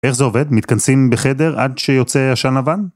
איך זה עובד? מתכנסים בחדר עד שיוצא עשן לבן?